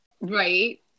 right